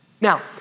Now